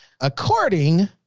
According